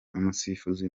umusifuzi